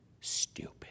stupid